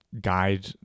guide